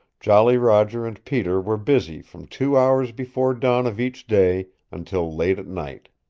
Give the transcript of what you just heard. jolly roger and peter were busy from two hours before dawn of each day until late at night.